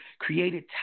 created